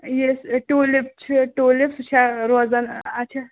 یہِ ٹوٗلِپ چھِ ٹوٗلِپ سُہ چھا روزان اچھا